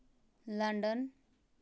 London